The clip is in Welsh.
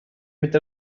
mynd